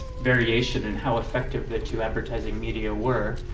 variation in how effective the two advertising media were.